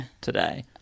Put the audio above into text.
today